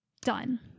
Done